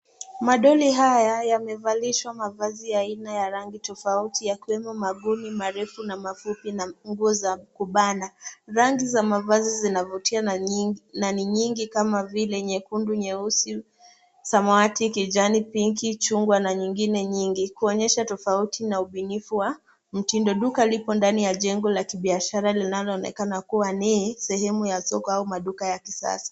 Madoli haya yamevalishwa mavazi ya aina ya rangi tofauti yakiwemo maguni marefu na mafupi na nguo za kubana. Rangi za mavazi zinavutia na ni nyingi kama vile nyekundu, nyeusi, samawati, kijani, pinki, chungwa na nyingine nyingi kuonyesha tofauti na ubunifu wa mtindo. Duka lipo ndani ya jengo la kibiashara linaloonekana kuwa ni sehemu ya soko au maduka ya kisasa.